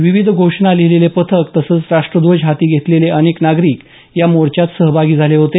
विविध घोषणा लिहिलेले फलक तसंच राष्ट्रध्वज हाती घेतलेले अनेक नागरिक या मोर्चात सहभागी झाले होते